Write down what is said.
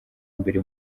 mbere